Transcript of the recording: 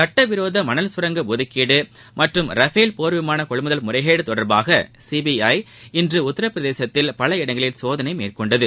சட்டவிரோத மணல் சுரங்க ஒதுக்கீடு மற்றும் ரஃபேல் போர் விமான கொள்முதல் முறைகேடு தொடர்பாக சிபிஐ இன்று உத்தரப் பிரதேசத்தில் பல இடங்களில் சோதனை மேற்கொண்டது